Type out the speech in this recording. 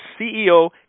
CEO